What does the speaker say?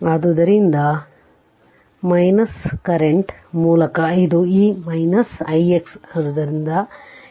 ಆದ್ದರಿಂದ ಕರೆಂಟ್ ಮೂಲಕ ಇದು ಈ ix